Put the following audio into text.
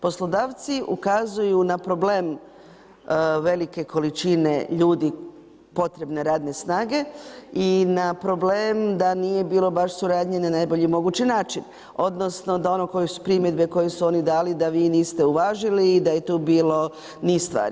Poslodavci ukazuju na problem velike količine ljudi, potrebne radne snage i na problem da nije bilo baš suradnje na najbolji mogući način, odnosno, da one primjedbe koji su oni dali, da vi niste uvažili i da je tu bilo niz stvari.